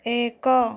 ଏକ